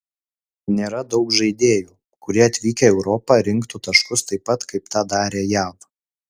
nėra daug žaidėjų kurie atvykę į europą rinktų taškus taip pat kaip tą darė jav